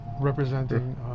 representing